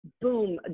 boom